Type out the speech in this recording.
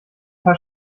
paar